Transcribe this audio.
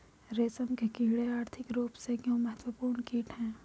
रेशम के कीड़े आर्थिक रूप से क्यों महत्वपूर्ण कीट हैं?